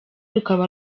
rukaba